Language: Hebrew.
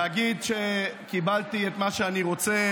להגיד שקיבלתי את מה שאני רוצה,